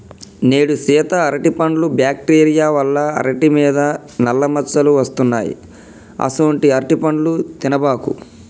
నేడు సీత అరటిపండ్లు బ్యాక్టీరియా వల్ల అరిటి మీద నల్ల మచ్చలు వస్తున్నాయి అసొంటీ అరటిపండ్లు తినబాకు